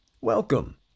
welcome